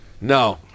No